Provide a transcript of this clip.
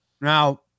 Now